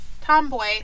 Tomboy